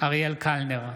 אריאל קלנר,